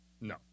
No